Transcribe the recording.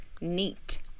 neat